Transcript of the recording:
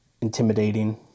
intimidating